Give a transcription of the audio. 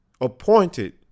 appointed